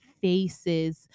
faces